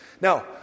Now